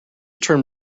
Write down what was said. turn